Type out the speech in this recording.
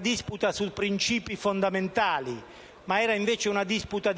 di fondo, su principi fondamentali, ma era invece una disputa